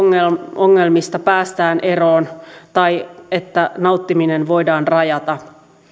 ongelmista päästään eroon tai että nauttiminen voidaan rajata